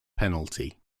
penalty